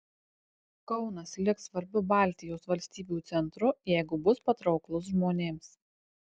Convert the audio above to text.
kaunas liks svarbiu baltijos valstybių centru jeigu bus patrauklus žmonėms